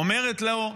אומרת לו: